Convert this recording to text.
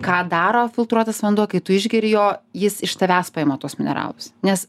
ką daro filtruotas vanduo kai tu išgeri jo jis iš tavęs paima tuos mineralus nes